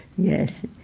yes.